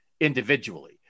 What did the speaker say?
individually